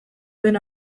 den